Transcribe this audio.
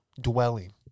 dwelling